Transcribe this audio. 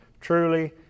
truly